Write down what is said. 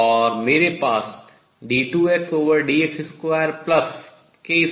और मेरे पास d2Xdx2k2X0 है